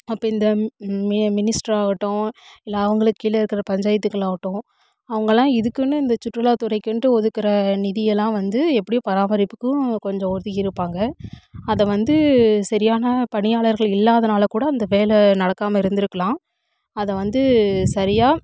அப்போ இந்த மி மினிஸ்ட்ராகட்டும் இல்லை அவங்களுக்கு கீழே இருக்கிற பஞ்சாயத்துகள் ஆகட்டும் அவங்கல்லாம் இதுக்குன்னு இந்த சுற்றுலாத்துறைக்குன்ட்டு ஒதுக்குற நிதியெல்லாம் வந்து எப்படியோ பராமரிப்புக்கும் கொஞ்சம் ஒதுக்கி இருப்பாங்க அதை வந்து சரியான பணியாளர்கள் இல்லாதனால் கூட அந்த வேலை நடக்காம இருந்துருக்குலாம் அதை வந்து சரியாக